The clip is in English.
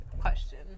question